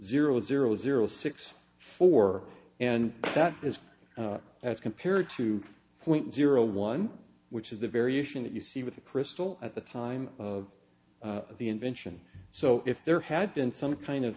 zero zero zero six four and that is as compared to point zero one which is the variation that you see with the crystal at the time of the invention so if there had been some kind of